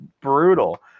brutal